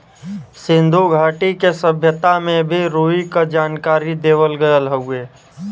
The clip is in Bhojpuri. सिन्धु घाटी के सभ्यता में भी रुई क जानकारी देवल गयल हउवे